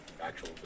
actual